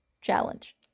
challenge